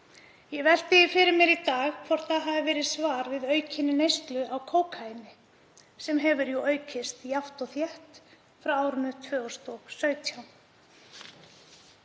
Ég velti því fyrir mér í dag hvort það hafi verið svar við aukinni neyslu á kókaíni sem hefur jú aukist jafnt og þétt frá árinu 2017.